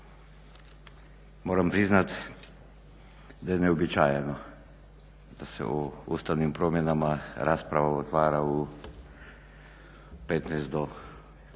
moram priznat da je neuobičajeno da se o Ustavnim promjenama rasprava otvara u 15 do ili